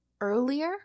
earlier